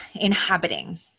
inhabiting